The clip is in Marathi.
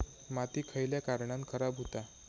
माती खयल्या कारणान खराब हुता?